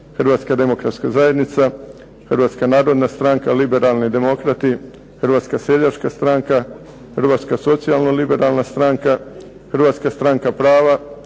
Hrvatska demokratska zajednica, Hrvatska narodna stranka, Liberalni demokrati, Hrvatska seljačka stranka, Hrvatska socijalno-liberalna stranka, Hrvatska stranka prava,